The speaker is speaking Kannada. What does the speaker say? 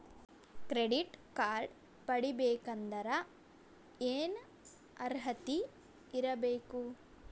ಕ್ರೆಡಿಟ್ ಕಾರ್ಡ್ ಪಡಿಬೇಕಂದರ ಏನ ಅರ್ಹತಿ ಇರಬೇಕು?